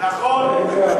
נכון.